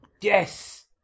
yes